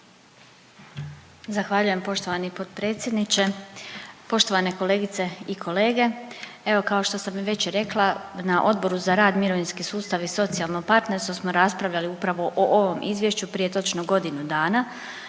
Zahvaljujem poštovani potpredsjedniče. Poštovane kolegice i kolege, evo kao što sam već i rekla na Odboru za rad, mirovinski sustav i socijalno partnerstvo smo raspravljali upravo o ovom izvješću prije točno godinu dana,